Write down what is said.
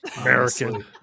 American